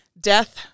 death